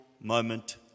moment